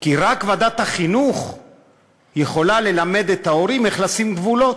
כי רק ועדת החינוך יכולה ללמד את ההורים איך לשים גבולות.